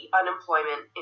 unemployment